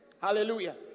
Hallelujah